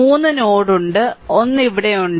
3 node ഉണ്ട് ഒന്ന് ഇവിടെയുണ്ട്